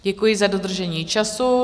Děkuji za dodržení času.